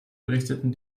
berichteten